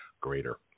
greater